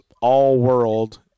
all-world